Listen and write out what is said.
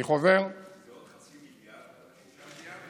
אני חוזר, זה עוד חצי מיליארד על ה-6 מיליארד?